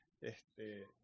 Este